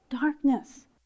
darkness